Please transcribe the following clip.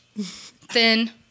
thin